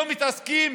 לא מתעסקים